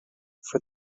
for